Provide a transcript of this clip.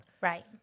Right